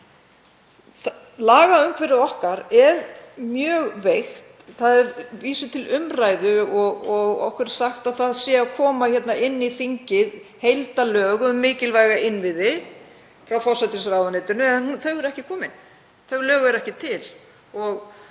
Lagaumhverfi okkar er mjög veikt. Það er vísu til umræðu og okkur er sagt að það séu að koma hingað inn í þingið heildarlög um mikilvæga innviði frá forsætisráðuneytinu en þau eru ekki komin. Þau lög eru ekki til og